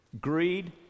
Greed